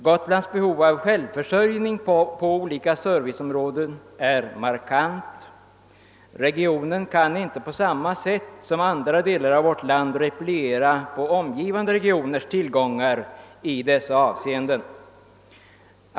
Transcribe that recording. Gotlands behov av självförsörjning på olika serviceområden är markant. Regionen kan inte på samma sätt som andra delar av vårt land repliera på omgivande regioners tillgångar i dessa avseenden.